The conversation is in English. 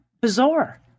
bizarre